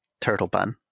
turtlebun